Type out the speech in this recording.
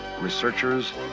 researchers